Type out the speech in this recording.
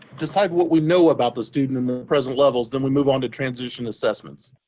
decide what we know about the student and present levels, then we move on to transition assessments.